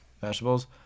vegetables